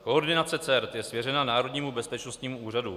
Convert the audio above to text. Koordinace CERT je svěřena Národnímu bezpečnostnímu úřadu.